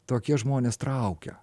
tokie žmonės traukia